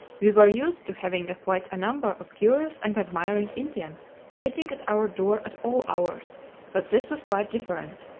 we were used to having quite a number of curious and admiring indians waiting at our door at all hours but this was quite different.